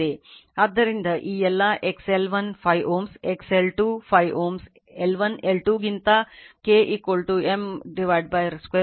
ಆದ್ದರಿಂದ ಈ ಎಲ್ಲಾ XL1 5 Ω XL2 5 Ω L1 L2 ಗಿಂತ K M √ L1 L2 ಅನ್ನು ಎಲ್ಲವನ್ನೂ ನೀಡೋಣ